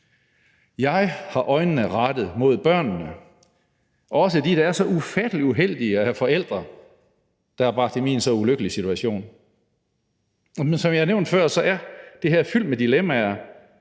Jeg har øjnene rettet mod børnene, også dem, der er så ufattelig uheldige at have forældre, der har bragt dem i en så ulykkelige situation. Men som jeg nævnte før, er det her er fyldt med dilemmaer,